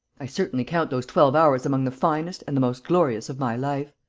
i certainly count those twelve hours among the finest and the most glorious of my life.